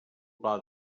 pla